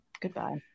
Goodbye